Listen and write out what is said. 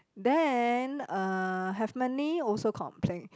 then uh have money also complain